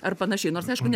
ar panašiai nors aišku ne